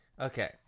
Okay